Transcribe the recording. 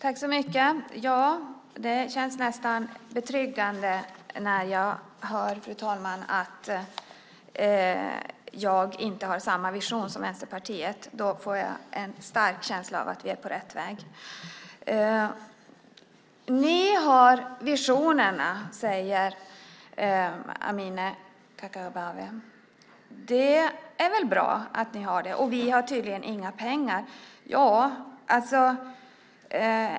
Fru talman! Det känns nästan betryggande när jag hör att jag inte har samma vision som Vänsterpartiet. Då får jag en stark känsla av att vi är på rätt väg. Ni har visionerna, säger Amineh Kakabaveh. Det är väl bra att ni har det, och vi har tydligen inga pengar.